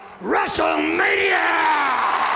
WrestleMania